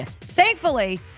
Thankfully